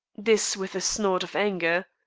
this with a snort of anger.